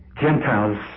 Gentiles